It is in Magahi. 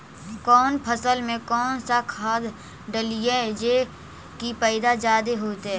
कौन फसल मे कौन सा खाध डलियय जे की पैदा जादे होतय?